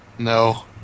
No